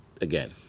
again